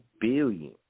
billion